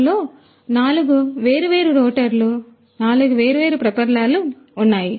కాబట్టి ఇందులో నాలుగు వేర్వేరు రోటర్లు నాలుగు వేర్వేరు ప్రొపెల్లర్లు ఉన్నాయి నాలుగు ఉన్నాయి